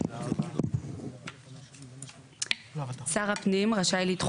תיקון חוק התכנון והבנייה 89. (4) (א) (1) (13ז) שר הפנים רשאי לדחות